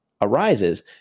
arises